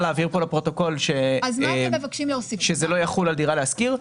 להבהיר לפרוטוקול שזה לא יחול על דירה להשכיר.